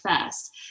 first